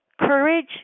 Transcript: courage